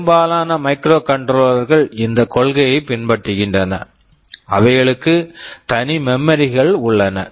பெரும்பாலான மைக்ரோகண்ட்ரோலர்கள் microcontrollers இந்த கொள்கையைப் பின்பற்றுகின்றன அவைகளுக்கு தனி மெமரி memory கள் உள்ளன